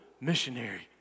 missionary